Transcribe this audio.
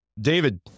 David